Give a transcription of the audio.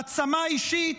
העצמה אישית,